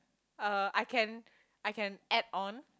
uh I can I can add on